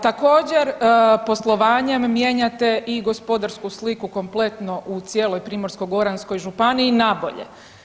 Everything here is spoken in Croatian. Također poslovanjem mijenjate i gospodarsku sliku kompletno u cijeloj Primorsko-goranskoj županiji nabolje.